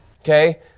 Okay